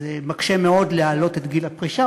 זה מקשה מאוד להעלות את גיל הפרישה,